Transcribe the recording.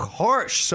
harsh